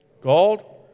Gold